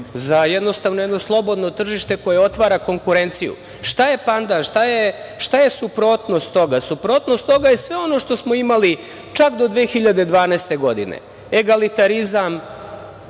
ekonomiju, za slobodno tržište koje otvara konkurenciju. Šta je pandam, šta je suprotnost toga? Suprotnost toga je sve ono što smo imali čak do 2012. godine, egalitarizam,